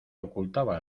ocultaba